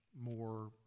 more